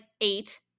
eight